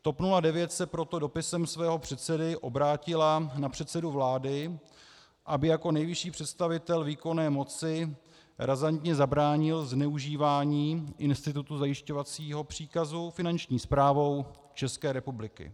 TOP 09 se proto dopisem svého předsedy obrátila na předsedu vlády, aby jako nejvyšší představitel výkonné moci razantně zabránil zneužívání institutu zajišťovacího příkazu Finanční správou České republiky.